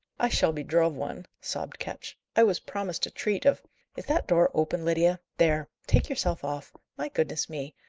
i shall be drove one, sobbed ketch. i was promised a treat of is that door open, lydia? there! take yourself off. my goodness, me!